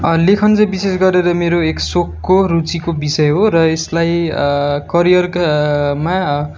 लेखन चाहिँ विशेष गरेर मेरो एक सोकको र रुचिको विषय हो र यसलाई करियारका मा